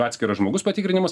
atskiras žmogus patikrinimus